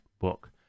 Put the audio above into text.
book